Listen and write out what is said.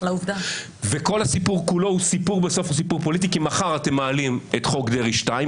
כל הסיפור כולו הוא סיפור פוליטי כי מחר אתם מעלים את חוק דרעי 2,